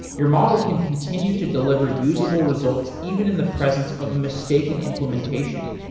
your model can continue to deliver usable results even in the presence of a mistaken implementation.